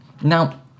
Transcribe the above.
Now